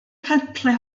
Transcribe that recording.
pantle